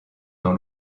dans